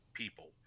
people